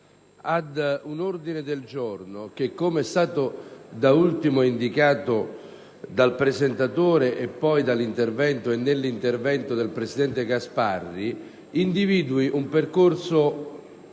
un ordine del giorno che, come è stato da ultimo indicato dal presentatore, e poi nell'intervento del presidente Gasparri, individui un percorso